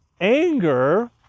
anger